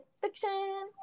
fiction